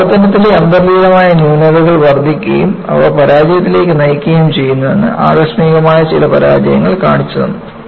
പ്രവർത്തനത്തിലെ അന്തർലീനമായ ന്യൂനതകൾ വർദ്ധിക്കുകയും അവ പരാജയത്തിലേക്ക് നയിക്കുകയും ചെയ്യുന്നുവെന്ന് ആകസ്മികമായ ചില പരാജയങ്ങൾ കാണിച്ചു തന്നു